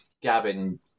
Gavin